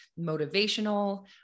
motivational